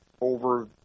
over